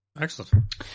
Excellent